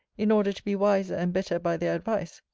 in order to be wiser and better by their advice,